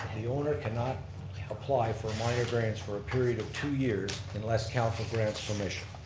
the owner cannot apply for a minor variance for a period of two years unless council grants permission.